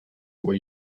were